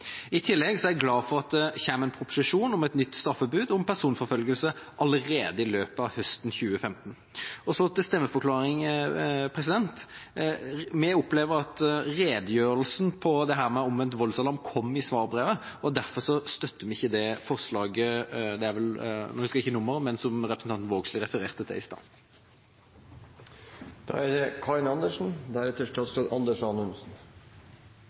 i frykt. I tillegg er jeg glad for at det kommer en proposisjon om et nytt straffebud om personforfølgelse allerede i løpet av høsten 2015. Så til stemmeforklaring. Vi opplever at redegjørelsen om omvendt voldsalarm kom i svarbrevet, og derfor støtter vi ikke det forslaget – nå husker jeg ikke nummeret – som representanten Vågslid refererte til i stad. Jeg vil takke forslagsstillerne for et viktig forslag. Jeg er